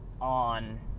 on